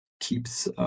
keeps